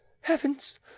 heavens